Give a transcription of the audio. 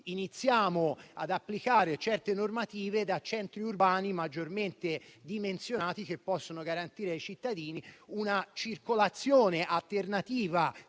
iniziamo ad applicare certe normative partendo dai centri urbani maggiormente dimensionati, che possono garantire ai cittadini una circolazione alternativa